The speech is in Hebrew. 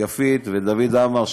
יפית ודוד עמר,